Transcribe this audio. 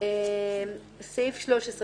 סעיף 13,